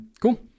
cool